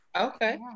Okay